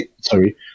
Sorry